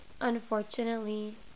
unfortunately